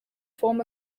form